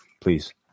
please